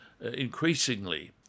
increasingly